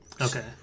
Okay